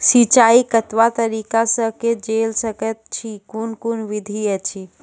सिंचाई कतवा तरीका सअ के जेल सकैत छी, कून कून विधि ऐछि?